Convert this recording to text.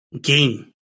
game